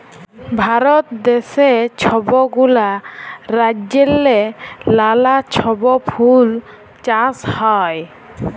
ভারত দ্যাশে ছব গুলা রাজ্যেল্লে লালা ছব ফুল চাষ হ্যয়